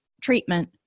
treatment